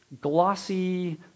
glossy